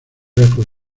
lejos